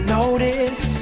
notice